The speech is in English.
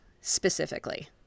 specifically